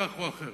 כך או אחרת,